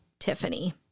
Tiffany